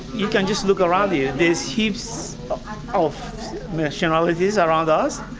you can just look around you, there's heaps of nationalities around us.